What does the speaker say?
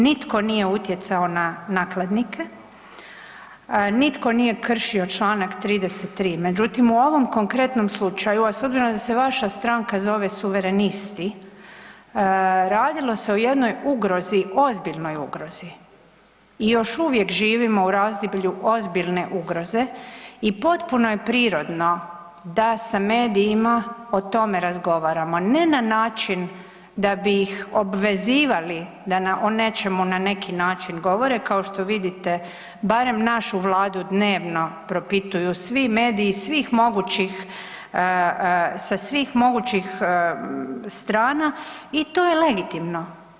Nitko nije utjecao na nakladnike, nitko nije kršio čl. 33., međutim u ovom konkretnom slučaju, a s obzirom da se vaša stranka suverenisti, radilo se o jednoj ugrozi, ozbiljnoj ugrozi i još uvijek živimo u razdoblju ozbiljne ugroze i potpuno je prirodno da se medijima o tome razgovaramo, ne na način da bi ih obvezivali da o nečemu na neki način govore kao što vidite barem našu Vladu dnevno propituju svi mediji svih mogućih, sa svih mogućih strana i to je legitimno.